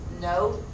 no